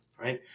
right